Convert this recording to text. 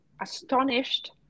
astonished